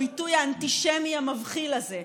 הביטוי האנטישמי המבחיל הזה,